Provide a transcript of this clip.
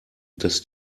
dass